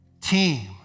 team